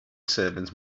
servants